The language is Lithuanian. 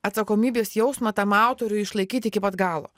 atsakomybės jausmą tam autoriui išlaikyti iki pat galo